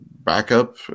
backup